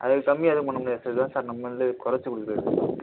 அதுக்கு கம்மியாக ஏதுவும் பண்ண முடியாது சார் இதுதான் சார் நம்ப இதில் கொறச்சு கொடுக்கிறது